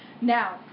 Now